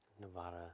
Nevada